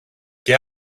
και